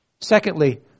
Secondly